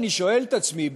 אני שואל את עצמי,